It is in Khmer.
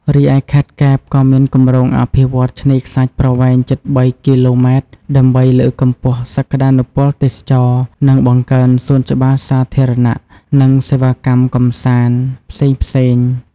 រីឯខេត្តកែប ក៏មានគម្រោងអភិវឌ្ឍឆ្នេរខ្សាច់ប្រវែងជិត ៣ គីឡូម៉ែត្រ ដើម្បីលើកកម្ពស់សក្តានុពលទេសចរណ៍ និងបង្កើនសួនច្បារសាធារណៈ និងសេវាកម្មកម្សាន្ត ផ្សេងៗ។